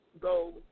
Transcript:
go